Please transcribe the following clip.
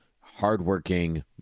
hardworking